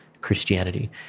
Christianity